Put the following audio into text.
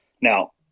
Now